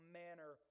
manner